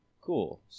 Cool